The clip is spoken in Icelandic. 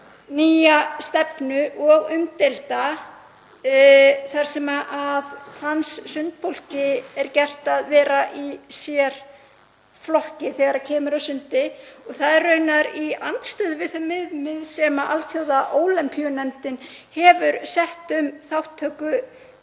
nýja stefnu og umdeilda þar sem trans sundfólki er gert að vera í sérflokki þegar kemur að sundi. Það er raunar í andstöðu við þau viðmið sem Alþjóðaólympíunefndin hefur sett um þátttöku